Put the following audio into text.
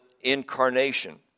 incarnation